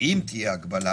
אם תהיה הגבלה,